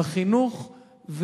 בחינוך,